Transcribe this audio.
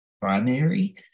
primary